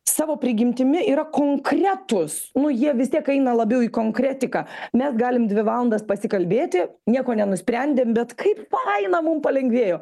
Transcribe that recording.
savo prigimtimi yra konkretūs nu jie vis tiek eina labiau į konkretiką mes galim dvi valandas pasikalbėti nieko nenusprendėm bet kaip faina mum palengvėjo